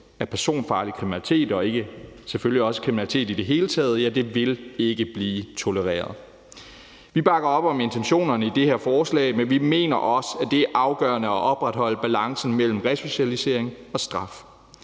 af personfarlig kriminalitet og selvfølgelig også kriminalitet i det hele taget vil ikke blive tolereret. Vi bakker op om intentionerne i det her forslag, men vi mener også, at det er afgørende at opretholde balancen mellem resocialisering og straf.